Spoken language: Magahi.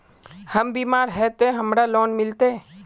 हम बीमार है ते हमरा लोन मिलते?